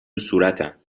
صورتم